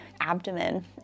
abdomen